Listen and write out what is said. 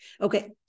Okay